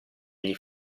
gli